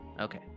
Okay